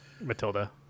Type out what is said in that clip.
matilda